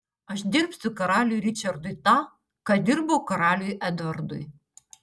aš dirbsiu karaliui ričardui tą ką dirbau karaliui edvardui